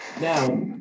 Now